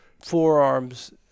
forearms